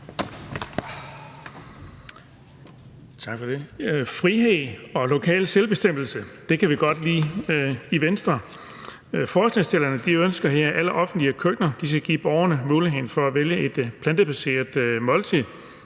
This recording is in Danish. Frihed og lokal selvbestemmelse kan vi godt lide i Venstre. Forslagsstillerne ønsker her, at alle offentlige køkkener skal give borgerne mulighed for at vælge et plantebaseret måltid.